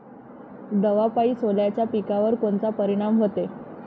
दवापायी सोल्याच्या पिकावर कोनचा परिनाम व्हते?